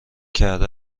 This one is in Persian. کرده